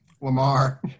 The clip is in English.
Lamar